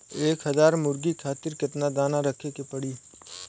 एक हज़ार मुर्गी खातिर केतना दाना रखे के पड़ी?